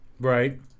Right